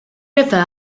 river